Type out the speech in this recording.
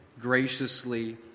graciously